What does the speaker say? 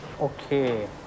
okay